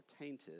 tainted